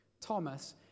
Thomas